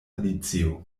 alicio